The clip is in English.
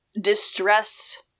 distress